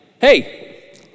hey